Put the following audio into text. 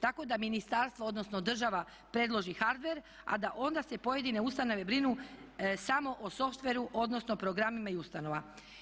Tako da ministarstvo odnosno država predloži hardver a da onda se pojedine ustanove brinu samo o softveru odnosno programima i ustanovama.